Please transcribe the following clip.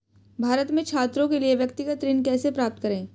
भारत में छात्रों के लिए व्यक्तिगत ऋण कैसे प्राप्त करें?